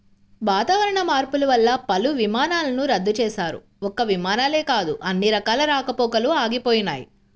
వాతావరణ మార్పులు వల్ల పలు విమానాలను రద్దు చేశారు, ఒక్క విమానాలే కాదు అన్ని రకాల రాకపోకలూ ఆగిపోయినయ్